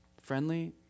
Friendly